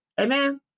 Amen